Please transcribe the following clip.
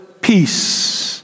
peace